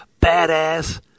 badass